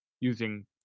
using